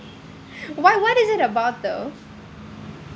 wha~ what is it about though